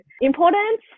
important